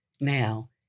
now